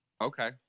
Okay